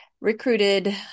recruited